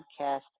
podcast